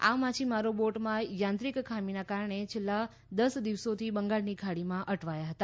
આ માછીમારો બોટમાં થાંત્રિક ખામીના કારણે છેલ્લા દસ દિવસોથી બંગાળની ખાડીમાં અટવાયા હતા